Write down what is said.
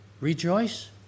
Rejoice